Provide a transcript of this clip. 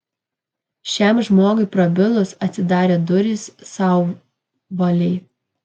šiam žmogui prabilus atsidarė durys sauvalei